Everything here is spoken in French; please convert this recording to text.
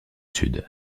sud